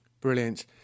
Brilliant